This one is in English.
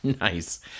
Nice